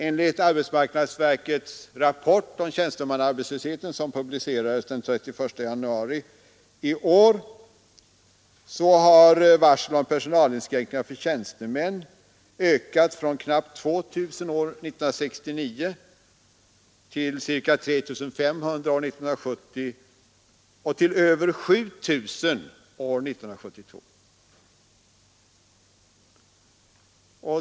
Enligt arbetsmarknadsverkets rapport om tjänstemannaarbetslösheten som publicerades den 31 januari i år har varsel om personalinskränkningar för tjänstemän ökat från knappt 2 000 år 1969 till ca 3 500 år 1970 och till över 7 000 år 1972.